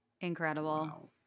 Incredible